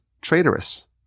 traitorous